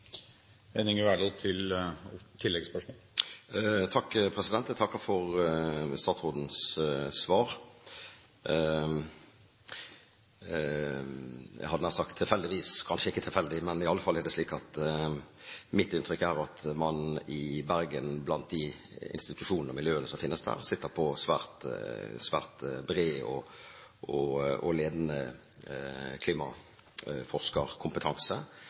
Jeg takker for statsrådens svar. Jeg hadde nær sagt at tilfeldigvis – men kanskje er det ikke så tilfeldig – er mitt inntrykk at man i Bergen, blant de institusjonene og miljøene som finnes der, sitter på svært bred og ledende klimaforskerkompetanse. Jeg kom i skade for å blande sammen Nansensenteret og